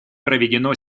проведено